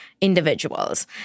individuals